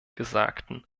gesagten